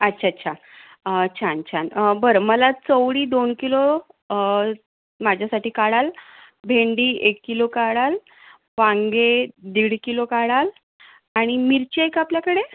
अच्छा अच्छा छान छान बरं मला चवळी दोन किलो माझ्यासाठी काढाल भेंडी एक किलो काढाल वांगे दीड किलो काढाल आणि मिरची आहे का आपल्याकडे